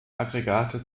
aggregate